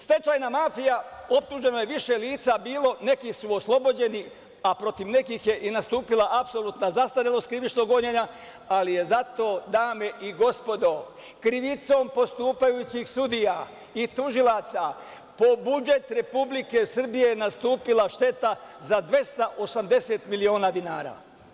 Stečajna mafija, optuženo je više lica bilo, neki su oslobođeni, a protiv nekih je i nastupila apsolutna zastarelost krivičnog gonjenja, ali je zato, dame i gospodo, krivicom postupajućih sudija i tužilaca po budžet Republike Srbije je nastupila šteta za 280 miliona dinara.